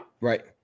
Right